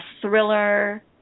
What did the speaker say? thriller